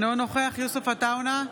אינו נוכח יוסף עטאונה,